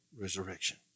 resurrection